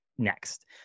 next